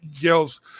Yells